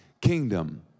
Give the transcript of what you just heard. kingdom